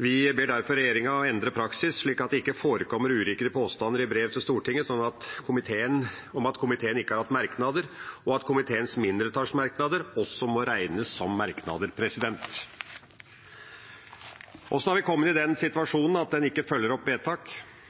Vi ber derfor regjeringa endre praksis, slik at det ikke forekommer uriktige påstander i brev til Stortinget om at komiteen ikke har hatt merknader, og at komiteens mindretallsmerknader også må regnes som merknader. Hvordan har vi kommet i den situasjonen at en ikke følger opp vedtak?